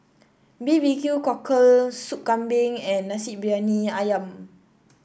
B B Q Cockle Sop Kambing and Nasi Briyani ayam